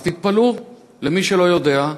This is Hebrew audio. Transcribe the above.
אז תתפלאו, מי שלא יודע,